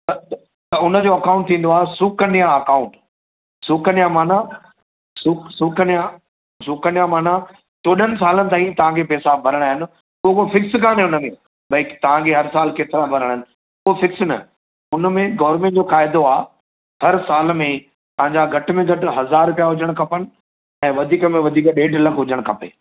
त हुन जो अकाउंट थींदो आहे सुकन्या अकाउंट सुकन्या माना सु सुकन्या माना चोॾहनि सालनि ताईं तव्हांखे पैसा भरिणा आहिनि त उहो फ़िक्स कान्हे हुन में भई तव्हांखे हर साल केतिरा भरिणा आहिनि को फ़िक्स न हुन में गर्वमेंट जो क़ाइदो आहे हर साल में तव्हांजा घटि में घटि हज़ार रुपया हुजण खपनि ऐं वधीक में वधीक ॾेढु लख हुजणु खपे